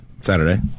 Saturday